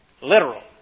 literal